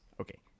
Okay